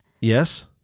Yes